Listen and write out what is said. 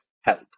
Help